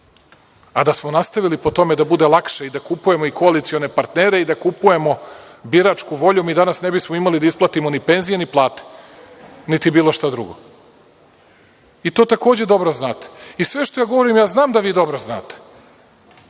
Da smo nastavili po tome da bude lakše i da kupujemo i koalicione partnere i da kupujemo biračku volju, mi danas ne bismo imali da isplatimo ni penzije ni plate, niti bilo šta drugo. To takođe dobro znate. Sve što ja govorim ja znam da vi dobro znate